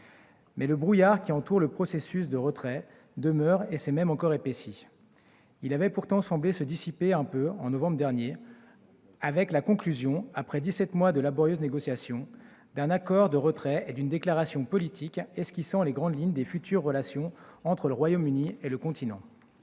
Le brouillard qui entoure le processus de retrait demeure et s'est même encore épaissi. Il avait pourtant semblé un peu se dissiper en novembre dernier avec la conclusion, après dix-sept mois de laborieuses négociations, d'un accord de retrait et une déclaration politique esquissant les grandes lignes des futures relations entre le Royaume-Uni et le continent.